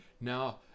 Now